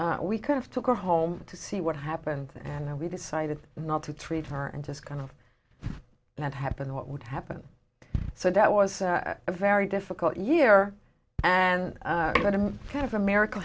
we kind of took her home to see what happened and we decided not to treat her and just kind of that happened what would happen so that was a very difficult year and that i'm kind of america